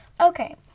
Okay